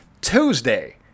Tuesday